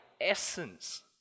essence